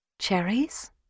Cherries